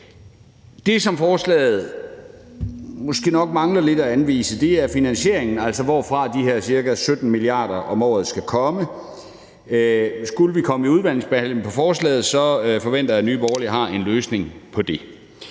Det, som forslaget måske nok mangler lidt at anvise, er finansieringen, altså hvorfra de her ca. 17 mia. kr. om året skal komme, og skulle forslaget komme i udvalgsbehandling, forventer jeg, at Nye Borgerlige har en løsning på det.